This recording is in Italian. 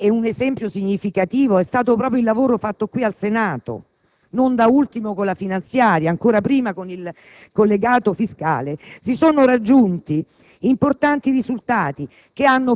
e un esempio significativo è stato proprio il lavoro fatto qui al Senato, non da ultimo sulla finanziaria, e ancora prima con il collegato fiscale - si sono raggiunti importanti risultati